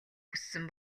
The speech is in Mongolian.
хүссэн